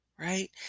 Right